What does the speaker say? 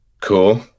cool